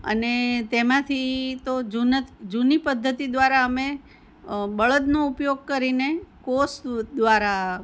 અને તેમાંથી તો જૂની પધ્ધતિ દ્વારા અમે બળદનો ઉપયોગ કરીને કોસ દ્વારા